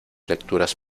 lecturas